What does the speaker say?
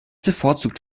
bevorzugt